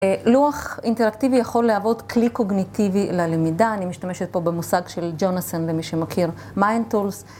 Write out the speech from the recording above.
לוח אינטראקטיבי יכול לעבוד כלי קוגניטיבי ללמידה, אני משתמשת פה במושג של ג'ונסון למי שמכיר מיינד טולס.